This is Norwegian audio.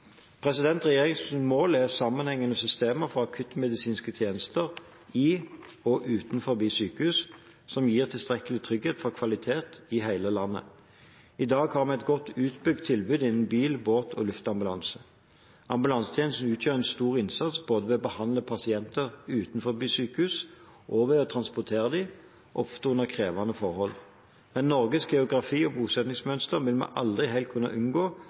Regjeringens mål er et sammenhengende system for akuttmedisinske tjenester i og utenfor sykehus, som gir tilstrekkelig trygghet og kvalitet i hele landet. I dag har vi et godt utbygd tilbud med bil-, båt- og luftambulanse. Ambulansetjenesten gjør en stor innsats, både ved å behandle pasienter utenfor sykehus og ved å transportere dem, ofte under krevende forhold. Men med Norges geografi og bosettingsmønster vil vi aldri helt kunne unngå